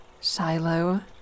Shiloh